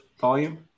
volume